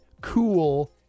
cool